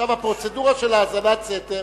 עכשיו הפרוצדורה של האזנת סתר,